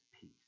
peace